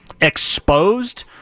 exposed